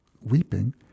Weeping